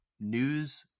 news